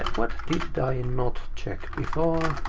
what did i and not check before?